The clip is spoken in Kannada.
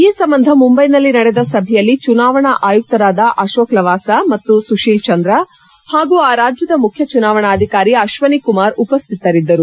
ಈ ಸಂಬಂಧ ಮುಂಬೈನಲ್ಲಿ ನಡೆದ ಸಭೆಯಲ್ಲಿ ಚುನಾವಣಾ ಆಯುಕ್ತರಾದ ಅಶೋಕ್ ಲವಾಸ ಮತ್ತು ಸುಶೀಲ್ ಚಂದ್ರ ಹಾಗೂ ಆ ರಾಜ್ಯದ ಮುಖ್ಯ ಚುನಾವಣಾಧಿಕಾರಿ ಅಶ್ವನಿ ಕುಮಾರ್ ಉಪಸ್ವಿತರಿದ್ದರು